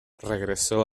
regresó